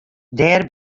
dêr